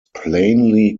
plainly